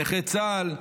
נכי צה"ל,